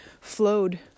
flowed